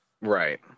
right